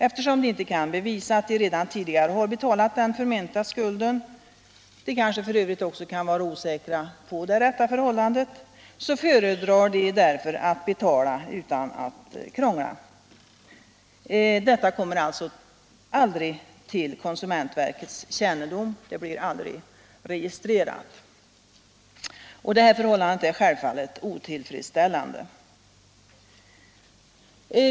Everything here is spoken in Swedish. Eftersom de inte kan bevisa att de redan tidigare har betalat den förmenta skulden — de kanske f. ö. också kan vara osäkra på det rätta förhållandet — föredrar de att betala utan att krångla. Detta förhållande är självfallet otillfredsställande.